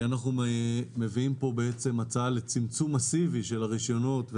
אנחנו מביאים פה הצעה לצמצום מאסיבי של הרישיונות.